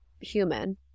human